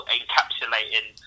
encapsulating